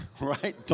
Right